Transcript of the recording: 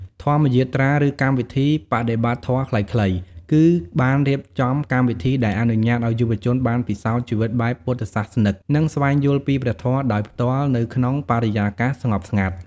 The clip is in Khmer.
ធម្មយាត្រា ឬកម្មវិធីបដិបត្តិធម៌ខ្លីៗ គឺបានរៀបចំកម្មវិធីដែលអនុញ្ញាតឱ្យយុវជនបានពិសោធន៍ជីវិតបែបពុទ្ធសាសនិក និងស្វែងយល់ពីព្រះធម៌ដោយផ្ទាល់នៅក្នុងបរិយាកាសស្ងប់ស្ងាត់។